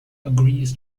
agrees